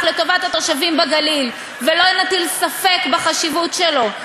לטובת התושבים בגליל ולא נטיל ספק בחשיבות שלו.